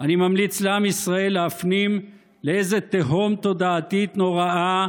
אני ממליץ לעם ישראל להפנים לאיזו תהום תודעתית נוראה